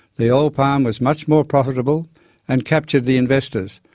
the oil-palm was much more profitable and captured the investors,